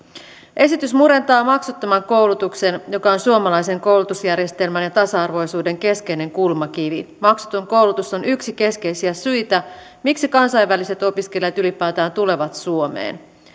esitys murentaa maksuttoman koulutuksen joka on suomalaisen koulutusjärjestelmän ja tasa arvoisuuden keskeinen kulmakivi maksuton koulutus on yksi keskeisiä syitä miksi kansainväliset opiskelijat ylipäätään tulevat suomeen